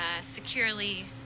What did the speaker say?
securely